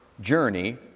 journey